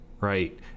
right